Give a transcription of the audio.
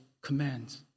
commands